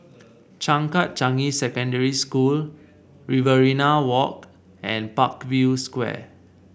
Changkat Changi Secondary School Riverina Walk and Parkview Square